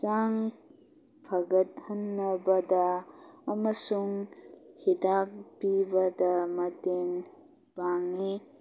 ꯍꯛꯆꯥꯡ ꯐꯒꯠꯍꯟꯅꯕꯗ ꯑꯃꯁꯨꯡ ꯍꯤꯗꯥꯛ ꯄꯤꯕꯗ ꯃꯇꯦꯡ ꯄꯥꯡꯏ